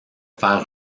faire